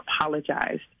apologized